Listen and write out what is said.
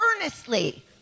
earnestly